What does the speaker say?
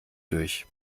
durch